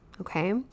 okay